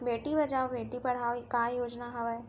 बेटी बचाओ बेटी पढ़ाओ का योजना हवे?